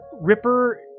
Ripper